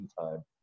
time